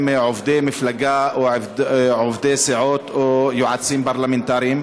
עובדי מפלגה או עובדי סיעות או יועצים פרלמנטריים,